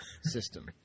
system